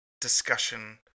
discussion